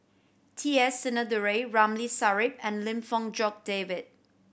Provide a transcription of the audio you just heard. T S Sinnathuray Ramli Sarip and Lim Fong Jock David